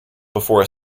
before